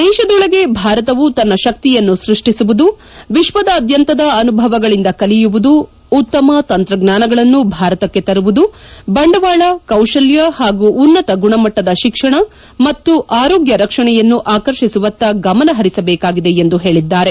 ದೇಶದೊಳಗೆ ಭಾರತವು ತನ್ನ ಶಕ್ತಿಯನ್ನು ಸೃಷ್ಟಿಸುವುದು ವಿಶ್ವದಾದ್ಯಂತದ ಅನುಭವಗಳಿಂದ ಕಲಿಯುವುದು ಉತ್ತಮ ತಂತ್ರಜ್ಞಾನಗಳನ್ನು ಭಾರತಕ್ಕೆ ತರುವುದು ಬಂಡವಾಳ ಕೌಶಲ್ಲ ಹಾಗೂ ಉನ್ನತ ಗುಣಮಟ್ಲದ ಶಿಕ್ಷಣ ಮತ್ತು ಆರೋಗ್ಲ ರಕ್ಷಣೆಯನ್ನು ಆಕರ್ಷಿಸುವತ್ತ ಗಮನ ಹರಿಸಬೇಕಾಗಿದೆ ಎಂದು ಹೇಳಿದ್ದಾರೆ